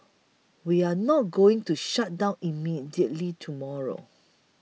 we are not going to shut down immediately tomorrow